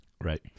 Right